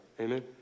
Amen